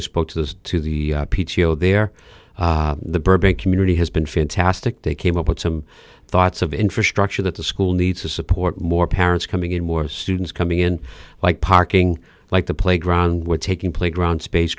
i spoke to the to the p t o there the burbank community has been fantastic they came up with some thoughts of infrastructure that the school needs to support more parents coming in more students coming in like parking like the playground we're taking playground space